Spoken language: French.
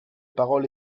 parole